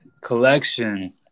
collection